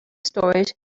storeys